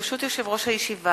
ברשות יושב-ראש הישיבה,